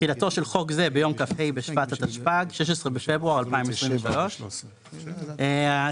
תחילתו של חוק זה ביום כ"ה בשבט התשפ"ג (16 בפברואר 2023). 16